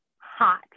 hot